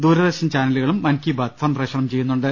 ദൂരദർശൻ ചാന്ലുകളും മൻ കി ബാത് സംപ്രേഷണം ചെയ്യുന്നുണ്ട്